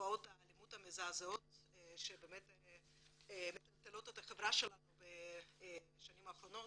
לתופעות האלימות המזעזעות שמטלטלות את החברה שלנו בשנים האחרונות,